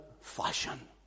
fashion